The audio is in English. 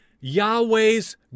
Yahweh's